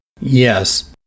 Yes